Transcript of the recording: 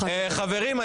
חברים.